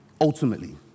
Ultimately